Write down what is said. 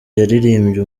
yaririmbye